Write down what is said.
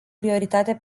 prioritate